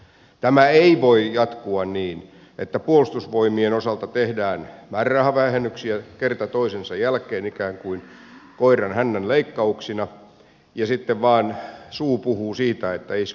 tämä ei voi jatkua niin että puolustusvoimien osalta tehdään määrärahavähennyksiä kerta toisensa jälkeen ikään kuin koiran hännän leikkauksina ja sitten vain suu puhuu siitä että iskukyky on vahvempi